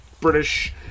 British